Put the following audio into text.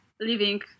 living